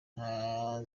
nta